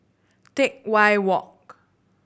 Teck Whye Walk